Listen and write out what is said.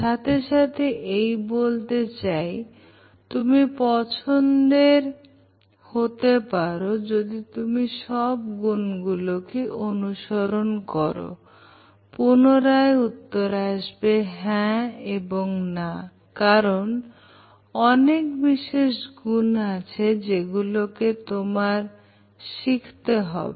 সাথে সাথে এই বলতে চাই তুমি পছন্দের হতে পারো যদি তুমি সব গুনগুলো অনুসরণ করো পুনরায় উত্তর আসবে 'হ্যাঁ 'এবং 'না' কারণ অনেক বিশেষ গুণ আছে যেগুলোকে তোমার শিখতে হবে